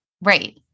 right